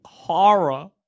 horror